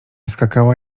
skakała